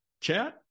chat